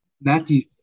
matthew